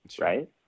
right